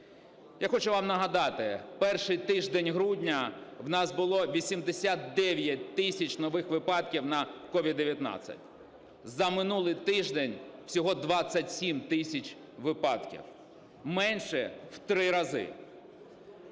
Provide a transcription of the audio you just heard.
Я хочу вам нагадати: в перший тиждень грудня у нас було 89 тисяч нових випадків на COVID-19, за минулий тиждень – всього 27 тисяч випадків, менше в 3 рази.